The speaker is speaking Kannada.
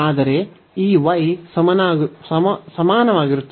ಆದರೆ ಈ y ಸಮಾನವಾಗಿರುತ್ತದೆ